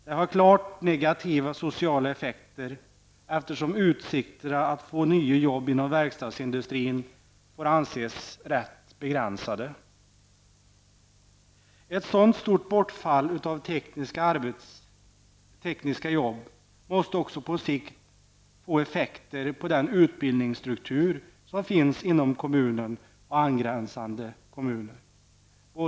Det har klart negativa sociala effekter, eftersom utsikterna att få nya jobb inom verkstadsindustrin får anses rätt begränsade. Ett så stort bortfall av tekniska jobb måste också på sikt få effekter på utbildningsstrukturen i Arrvika och angränsade kommuner.